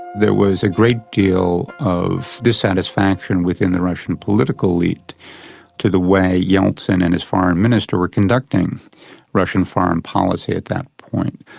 there was a great deal of dissatisfaction within the russian political elite to the way yeltsin and his foreign minister were conducting conducting russian foreign policy at that point.